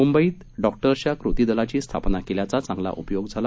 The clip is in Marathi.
मुंबईत डॉक्टर्सच्या कृती दलाची स्थापना केल्याचा चांगला उपयोग झाला